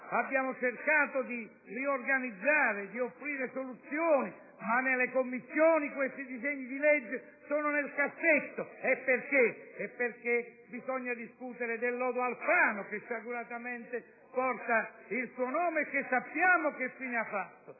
Abbiamo cercato di riorganizzare, di offrire soluzioni, ma nelle Commissioni questi disegni di legge sono nel cassetto. Perché? Perché bisogna discutere del lodo Alfano, lodo che sciaguratamente porta il suo nome e che sappiamo che fine ha fatto.